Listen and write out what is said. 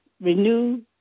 Renew